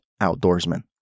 outdoorsman